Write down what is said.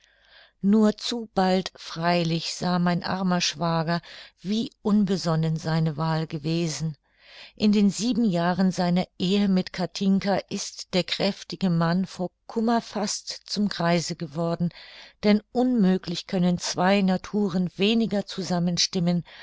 nur zu bald freilich sah mein armer schwager wie unbesonnen seine wahl gewesen in den sieben jahren seiner ehe mit kathinka ist der kräftige mann vor kummer fast zum greise geworden denn unmöglich können zwei naturen weniger